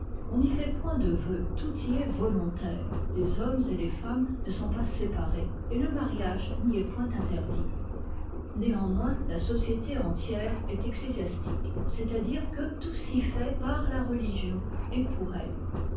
on n'y fait point de vceu tout y est volontaire les hommes et les femmes ne sont pas séparés et le mariage n'y est point interdit néanmoins la société entière est ecclésiastique c'est-à-dire que tout s'y fait par la religion et pour elle